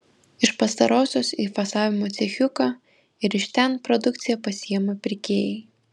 iš pastarosios į fasavimo cechiuką ir iš ten produkciją pasiima pirkėjai